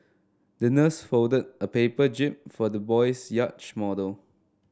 the nurse folded a paper jib for the little boys yacht model